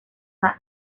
mass